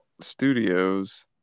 studios